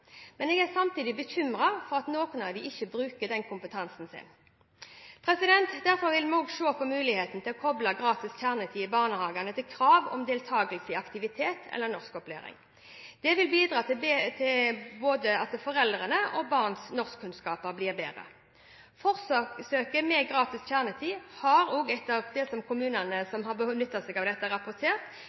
men jeg er samtidig bekymret for at noen av dem ikke får brukt kompetansen sin. Vi vil se på muligheten til å kople gratis kjernetid i barnehage til krav om deltakelse i aktivitet eller norskopplæring. Det vil bidra til at både foreldrenes og barnas norskkunnskaper blir bedre. Forsøket med gratis kjernetid har – etter det de kommunene som har benyttet seg av dette, har rapportert